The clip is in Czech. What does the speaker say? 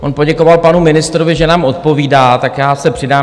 On poděkoval panu ministrovi, že nám odpovídá, tak já se přidám.